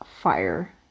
fire